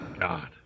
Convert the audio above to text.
God